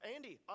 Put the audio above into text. Andy